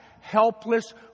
helpless